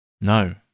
No